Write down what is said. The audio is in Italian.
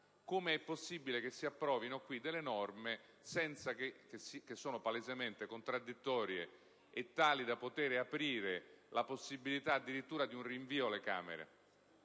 com'è possibile che si approvino qui delle norme che sono palesemente contraddittorie e tali da poter aprire la possibilità addirittura di un rinvio alle Camere